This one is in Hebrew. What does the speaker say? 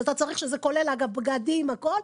שזה כולל בגדים, הכול,